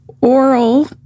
Oral